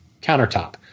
countertop